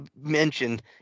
mentioned